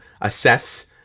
assess